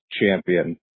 champion